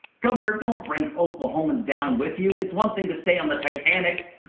governor, don't bring oklahomans down with you. it's one thing to stay on the titanic.